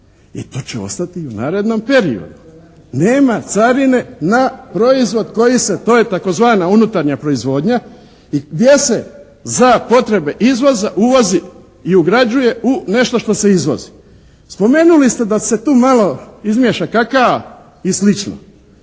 i to će ostati u narednom periodu. Nema carine na proizvod koji se, to je tzv. unutarnja proizvodnja i gdje se za potrebe izvoza uvozi i ugrađuje u nešto što se izvozi. Spomenuli se da se tu malo izmiješa kakaa i sl.